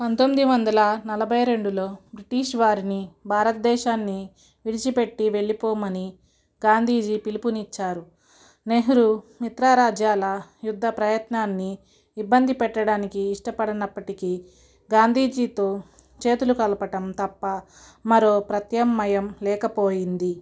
పంతొమ్మిది వందల నలభైరెండులో బ్రిటిష్ వారిని భారతదేశాన్ని విడిచిపెట్టి వెళ్ళిపోమని గాంధీజి పిలుపునిచ్చారు నెహ్రూ మిత్రరాజ్యాల యుద్ధ ప్రయత్నాన్ని ఇబ్బంది పెట్టడానికి ఇష్టపడనప్పటికీ గాంధీజీతో చేతులు కలపడం తప్ప మరో ప్రత్యామ్నాయం లేకపోయింది